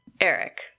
Eric